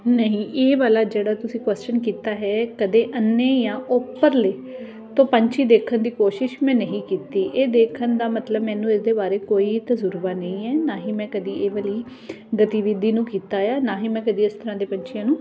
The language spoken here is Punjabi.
ਨਹੀਂ ਇਹ ਵਾਲਾ ਜਿਹੜਾ ਤੁਸੀਂ ਕੁਸਚਨ ਕੀਤਾ ਹੈ ਕਦੇ ਅੰਨੇ ਜਾਂ ਉੱਪਰਲੇ ਤੋਂ ਪੰਛੀ ਦੇਖਣ ਦੀ ਕੋਸ਼ਿਸ਼ ਮੈਂ ਨਹੀਂ ਕੀਤੀ ਇਹ ਦੇਖਣ ਦਾ ਮਤਲਬ ਮੈਨੂੰ ਇਹਦੇ ਬਾਰੇ ਕੋਈ ਤਜਰਬਾ ਨਹੀਂ ਹੈ ਨਾ ਹੀ ਮੈਂ ਕਦੀ ਇਹ ਵਾਲੀ ਗਤੀਵਿਧੀ ਨੂੰ ਕੀਤਾ ਆ ਨਾ ਹੀ ਮੈਂ ਕਦੇ ਇਸ ਤਰ੍ਹਾਂ ਦੇ ਪੰਛੀਆਂ ਨੂੰ